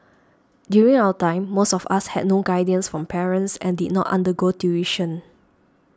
during our time most of us had no guidance from parents and did not undergo tuition